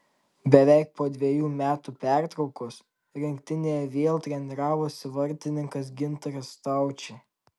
beveik po dvejų metų pertraukos rinktinėje vėl treniravosi vartininkas gintaras staučė